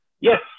Yes